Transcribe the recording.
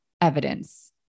evidence